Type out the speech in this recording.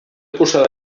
posada